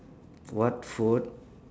what food